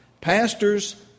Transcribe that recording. pastors